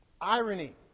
irony